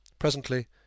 Presently